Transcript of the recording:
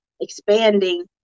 expanding